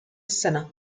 السنة